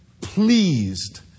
pleased